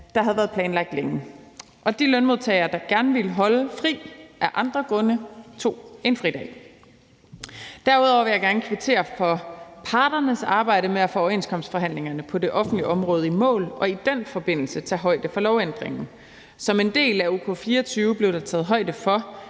der havde været planlagt længe. De lønmodtagere, der gerne ville holde fri af andre grunde, tog en fridag. Derudover vil jeg gerne kvittere for parternes arbejde med at få overenskomstforhandlingerne på det offentlige område i mål og i den forbindelse tage højde for lovændringen. Som en del af ok-24 blev der taget højde for